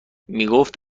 میگفت